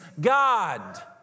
God